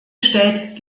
stellt